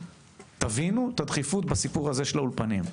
תבינו את הדחיפות בסיפור הזה של האולפנים,